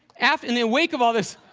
and in the wake of all this,